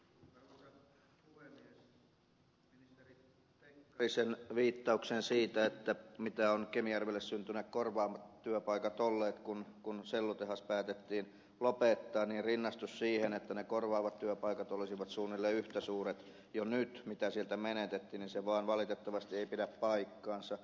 ministeri pekkarisen viittaus siitä mitä ovat kemijärvelle syntyneet korvaavat työpaikat olleet kun sellutehdas päätettiin lopettaa rinnastus siihen että ne korvaavat työpaikat olisivat suunnilleen yhtä suuret jo nyt kuin sieltä menetettiin vaan valitettavasti ei pidä paikkaansa